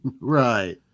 Right